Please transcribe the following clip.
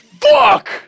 fuck